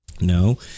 No